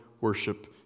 worship